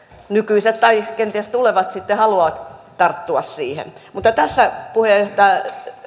nykyiset tai kenties tulevat sitten haluavat tarttua tässä